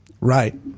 Right